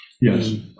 yes